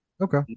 Okay